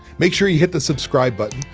make sure you hit the subscribe button,